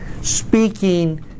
speaking